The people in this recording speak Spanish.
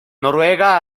noruega